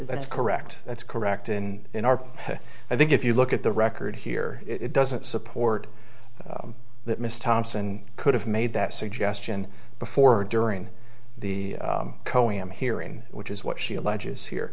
that's correct that's correct in in our head i think if you look at the record here it doesn't support that miss thompson could have made that suggestion before during the coen hearing which is what she alleges here